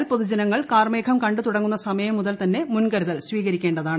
ആയതിനാൽ പൊതുജനങ്ങൾ കാർമേഘം കണ്ട് തുടങ്ങുന്ന സമയം മുതൽ തന്നെ മുൻകരുതൽ സ്വീകരിക്കേണ്ടതാണ്